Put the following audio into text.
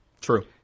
true